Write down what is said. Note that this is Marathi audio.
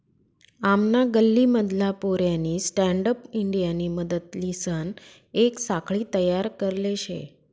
आमना गल्ली मधला पोऱ्यानी स्टँडअप इंडियानी मदतलीसन येक साखळी तयार करले शे